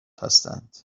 هستند